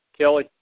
Kelly